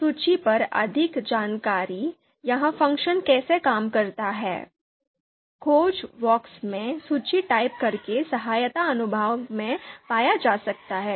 सूची पर अधिक जानकारी यह फ़ंक्शन कैसे काम करता है खोज बॉक्स में सूची टाइप करके सहायता अनुभाग में पाया जा सकता है